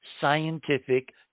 scientific